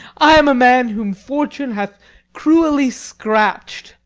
i am a man whom fortune hath cruelly scratch'd.